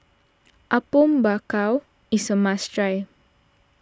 Apom Berkuah is a must try